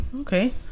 Okay